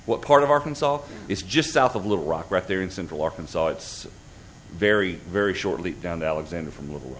what part of arkansas is just south of little rock right there in central arkansas it's very very shortly down the alexander from l